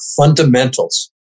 fundamentals